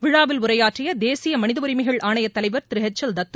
விழாவில் உரையாற்றிய தேசிய மனித உரிமைகள் ஆணையத் தலைவர் திரு ஹெச் எல் தத்து